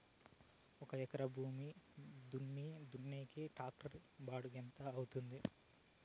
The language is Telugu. ఒక ఎకరా భూమి దుక్కి దున్నేకి టాక్టర్ బాడుగ ఎంత అవుతుంది?